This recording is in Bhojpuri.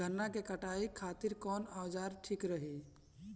गन्ना के कटाई खातिर कवन औजार ठीक रही?